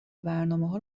برنامهها